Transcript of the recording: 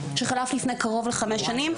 שחלף לפני קרוב לחמש שנים.